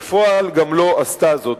ובפועל גם לא עשתה זאת.